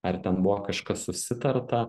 ar ten buvo kažkas susitarta